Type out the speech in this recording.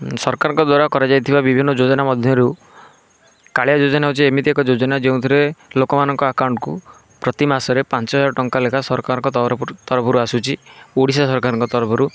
ସରକାରଙ୍କ ଦ୍ୱାରା କରାଯାଇଥିବା ବିଭିନ୍ନ ଯୋଜନା ମଧ୍ୟରୁ କାଳିଆ ଯୋଜନା ହେଉଛି ଏମିତି ଏକ ଯୋଜନା ଯେଉଁଥିରେ ଲୋକମାନଙ୍କ ଆକାଉଣ୍ଟ୍କୁ ପ୍ରତି ମାସରେ ପାଞ୍ଚ ହଜାର ଟଙ୍କା ଲେଖାଁ ସରକରଙ୍କ ତରଫରୁ ତରଫରୁ ଆସୁଛି ଓଡ଼ିଶା ସରକାରଙ୍କ ତରଫରୁ